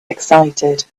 excited